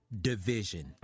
division